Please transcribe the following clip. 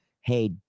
hey